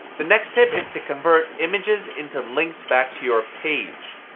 the next tip is to convert images into links back to your page.